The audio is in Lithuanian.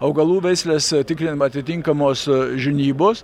augalų veislės tikrinimą atitinkamos žinybos